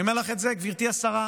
אני אומר לך את זה, גברתי השרה,